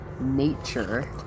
nature